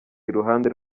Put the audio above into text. iruhande